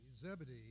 Zebedee